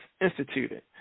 instituted